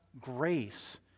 grace